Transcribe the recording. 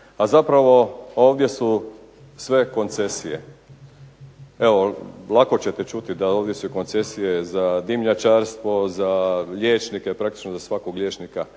A zapravo ovdje su sve koncesije, evo lako ćete čuti da ovdje su koncesije za dimnjačarstvo, za liječnike, praktično za svakog liječnika,